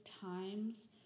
times